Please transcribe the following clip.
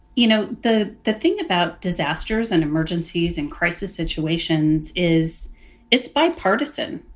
you know, the the thing about disasters and emergencies and crisis situations is it's bipartisan.